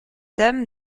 dame